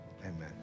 amen